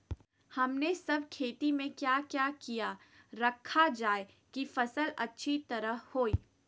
हमने सब खेती में क्या क्या किया रखा जाए की फसल अच्छी तरह होई?